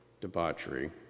debauchery